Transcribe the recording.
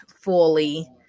fully